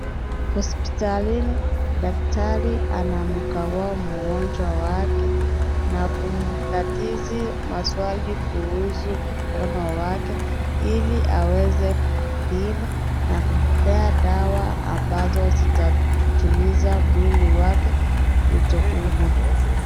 Hospitalini, daktari anamkagua mgonjwa wake na kumdadisi maswali kuhusu mkono wake Ili aweze kupima na kumpea dawa ambazo zitatuliza mwili wake kutoumwa.